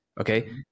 okay